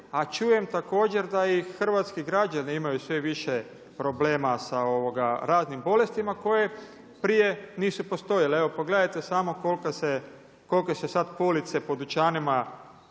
a čujem također da i hrvatski građani imaju sve više problema sa raznim bolestima koje prije nisu postojale. Evo pogledajte samo koliko se sada police po dućanima